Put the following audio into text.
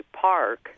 Park